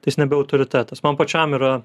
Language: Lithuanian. tai jis nebe autoritetas man pačiam yra